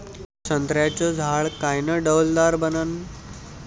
संत्र्याचं झाड कायनं डौलदार बनन?